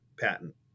patent